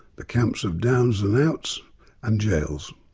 the camps of downs and outs and jails.